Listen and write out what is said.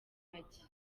make